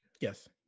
Yes